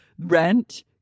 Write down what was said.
Rent